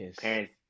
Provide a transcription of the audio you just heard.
parents